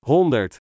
Honderd